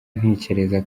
ntekereza